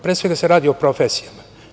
Pre svega se radi o profesijama.